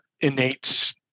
innate